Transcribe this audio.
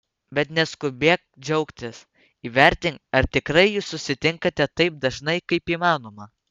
bet neskubėk džiaugtis įvertink ar tikrai jūs susitinkate taip dažnai kaip įmanoma